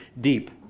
deep